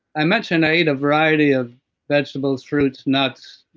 i mentioned i eat a variety of vegetables, fruits, nuts,